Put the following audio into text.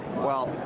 well,